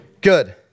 Good